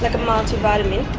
like a multi-vitamin,